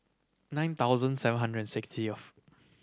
nine thousand seven hundred and sixtieth